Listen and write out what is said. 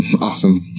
Awesome